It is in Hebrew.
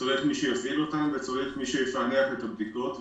צריך מי שיפעיל אותם, וצריך מי שיפענח את הבדיקות.